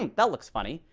and that looks funny.